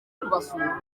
kubasura